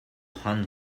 hand